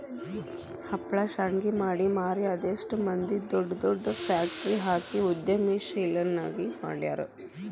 ಹಪ್ಳಾ ಶಾಂಡ್ಗಿ ಮಾಡಿ ಮಾರಿ ಅದೆಷ್ಟ್ ಮಂದಿ ದೊಡ್ ದೊಡ್ ಫ್ಯಾಕ್ಟ್ರಿ ಹಾಕಿ ಉದ್ಯಮಶೇಲರನ್ನಾಗಿ ಮಾಡ್ಯಾರ